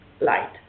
light